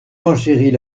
renchérit